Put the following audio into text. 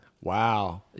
Wow